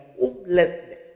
homelessness